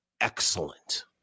excellent